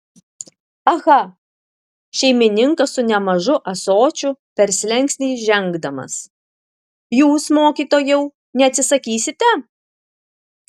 aha šeimininkas su nemažu ąsočiu per slenkstį žengdamas jūs mokytojau neatsisakysite